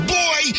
boy